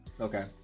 Okay